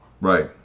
Right